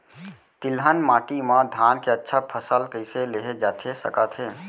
तिलहन माटी मा धान के अच्छा फसल कइसे लेहे जाथे सकत हे?